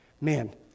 Man